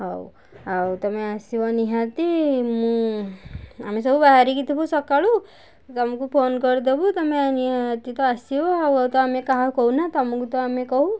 ହଉ ହଉ ତୁମେ ଆସିବ ନିହାତି ମୁଁ ଆମେ ସବୁ ବାହାରିକି ଥିବୁ ସକାଳୁ ତୁମକୁ ଫୋନ କରି ଦେବୁ ତୁମେ ନିହାତି ତ ଆସିବ ଆଉ ତ ଆମେ ତ କାହାକୁ କହୁନା ତୁମକୁ ତ ଆମେ କହୁ